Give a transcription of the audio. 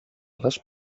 les